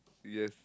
yes